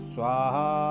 Swaha